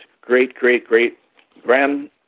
great-great-great-grand